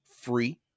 free